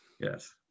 Yes